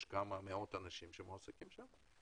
יש כמה מאות אנשים שמועסקים שם,